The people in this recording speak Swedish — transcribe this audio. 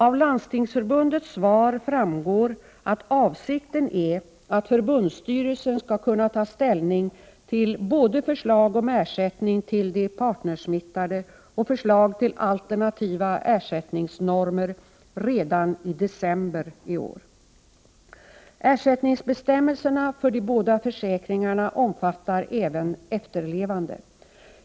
Av Landstingsförbundets svar framgår att avsikten är att förbundsstyrelsen skall kunna ta ställning till både förslag om ersättning till de partnersmittade och förslag till alternativa ersättningsnormer redan i december i år. Ersättningsbestämmelserna för de båda försäkringarna omfattar även efterlevande.